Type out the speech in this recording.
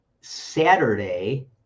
Saturday